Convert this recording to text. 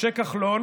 משה כחלון